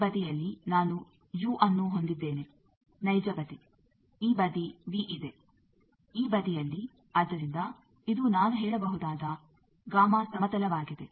ಈ ಬದಿಯಲ್ಲಿ ನಾನು ಯು ಅನ್ನು ಹೊಂದಿದ್ದೇನೆ ನೈಜ ಬದಿ ಈ ಬದಿ ವಿ ಇದೆ ಈ ಬದಿಯಲ್ಲಿ ಆದ್ದರಿಂದ ಇದು ನಾನು ಹೇಳಬಹುದಾದ ಗಾಮಾ ಸಮತಲವಾಗಿದೆ